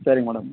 சரிங்க மேடம்